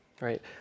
right